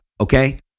okay